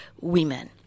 women